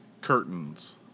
curtains